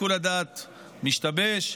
שיקול הדעת משתבש,